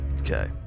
Okay